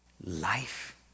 Life